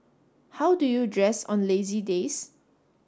how do you dress on lazy days